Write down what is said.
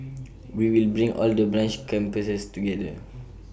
we will bring all the branch campuses together